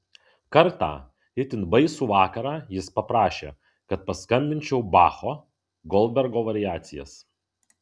kartą itin baisų vakarą jis paprašė kad paskambinčiau bacho goldbergo variacijas